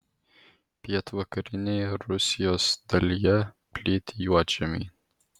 pietvakarinėje rusijos dalyje plyti juodžemiai